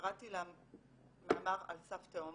קראתי למאמר "על סף תהום".